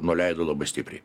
nuleido labai stipriai